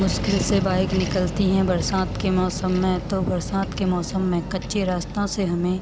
मुश्किल से बाइक निकलती है बरसात के मौसम में तो बरसात के मौसम में कच्चे रास्तों से हमें